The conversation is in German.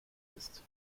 ist